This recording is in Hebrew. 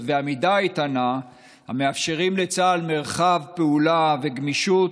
ועמידה איתנה המאפשרות לצה"ל מרחב פעולה וגמישות,